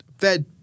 fed